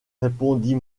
répondit